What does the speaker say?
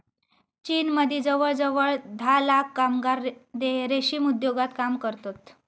चीनमदी जवळजवळ धा लाख कामगार रेशीम उद्योगात काम करतत